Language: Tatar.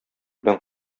белән